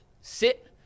sit